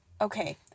okay